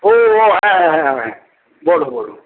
ও ও হ্যাঁ হ্যাঁ হ্যাঁ বলো বলো